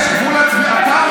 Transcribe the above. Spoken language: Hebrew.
יש גבול לצביעות.